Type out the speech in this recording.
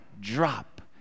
drop